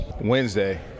Wednesday